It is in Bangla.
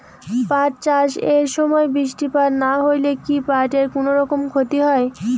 পাট চাষ এর সময় বৃষ্টিপাত না হইলে কি পাট এর কুনোরকম ক্ষতি হয়?